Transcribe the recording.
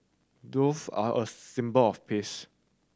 doves are a symbol of peace